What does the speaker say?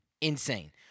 Insane